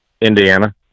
Indiana